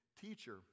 teacher